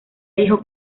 dijo